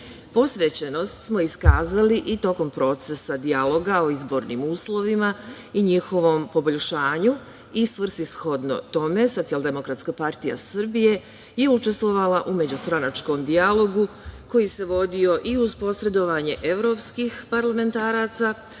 Srbiji. Posvećenost smo iskazali i tokom procesa dijaloga o izbornim uslovima i njihovom poboljšanju i svrsishodno tome Socijaldemokratska partija Srbije je učestvovala u međustranačkom dijalogu koji se vodio i uz posredovanje evropskih parlamentaraca,